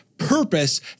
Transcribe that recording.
purpose